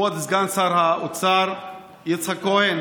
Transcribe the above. כבוד סגן שר האוצר יצחק כהן